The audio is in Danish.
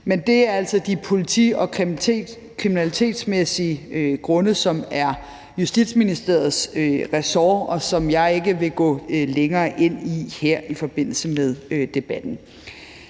Men det er altså de politi- og kriminalitetsmæssige grunde, som er Justitsministeriets ressort, og som jeg ikke vil gå længere ind i her i forbindelse med debatten.